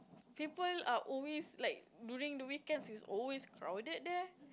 people are always like during the weekends it's always crowded there